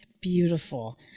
Beautiful